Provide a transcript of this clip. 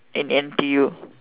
in N_T_U